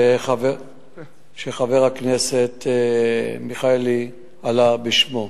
שחבר הכנסת מיכאלי דיבר בשמו.